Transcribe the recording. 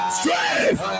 strength